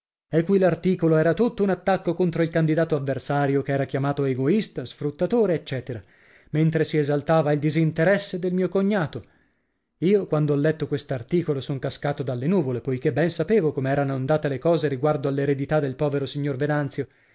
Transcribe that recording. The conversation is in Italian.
e qui l'articolo era tutto un attacco contro il candidato avversario che era chiamato egoista sfruttatore ecc mentre si esaltava il disinteresse del mio cognato io quando ho letto quest'articolo son cascato dalle nuvole poiché ben sapevo com'erano andate le cose riguardo all'eredità del povero signor venanzio